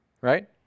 right